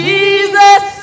Jesus